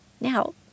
Now